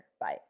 Bye